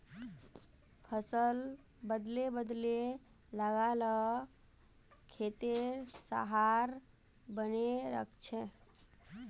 फसल बदले बदले लगा ल खेतेर सहार बने रहछेक